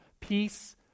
peace